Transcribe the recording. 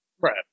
Right